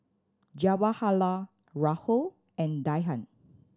Jawaharlal Rahul and Dhyan